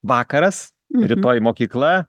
vakaras rytoj mokykla